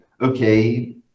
okay